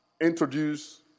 introduce